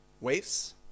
waves